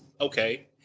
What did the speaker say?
okay